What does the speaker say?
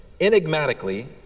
enigmatically